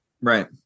Right